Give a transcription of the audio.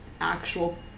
actual